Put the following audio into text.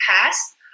past